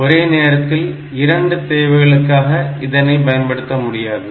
ஒரே நேரத்தில் இரண்டு தேவைகளுக்காக இதனை பயன்படுத்த முடியாது